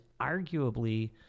arguably